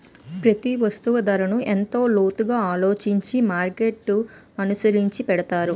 ప్రతి వస్తువు ధరను ఎంతో లోతుగా ఆలోచించి మార్కెట్ననుసరించి పెడతారు